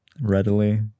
readily